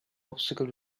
obstacle